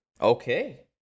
Okay